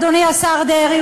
אדוני השר דרעי,